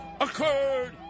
occurred